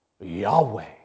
Yahweh